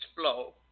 flow